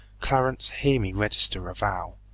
clarence, hear me register a vow